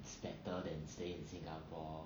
it's better than stay in singapore